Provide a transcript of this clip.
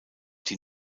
die